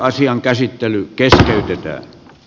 asian käsittely keskeytetään